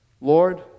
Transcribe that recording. Lord